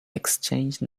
exchange